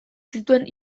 zituen